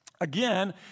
Again